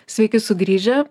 sveiki sugrįžę